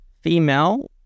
female